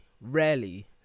rarely